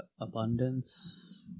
abundance